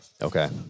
Okay